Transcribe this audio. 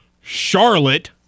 Charlotte